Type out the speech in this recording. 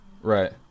Right